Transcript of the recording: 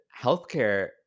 healthcare